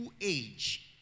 age